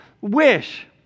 wish